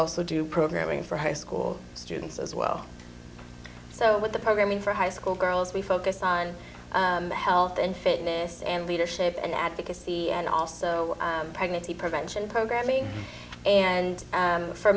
also do programming for high school students as well so with the programming for high school girls we focus on health and fitness and leadership and advocacy and also pregnancy prevention programming and